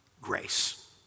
grace